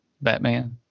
Batman